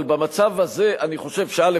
אבל במצב הזה, אני חושב, א.